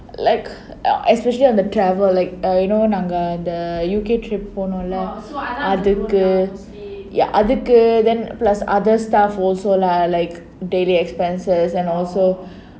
like especially on the travel like err you know நாங்க அந்த:nanga andha the U_K trip போனோம்:ponom leh அதுக்கு:adhukku ya அதுக்கு:adhukku then plus other stuff also lah like daily expenses and also